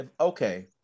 okay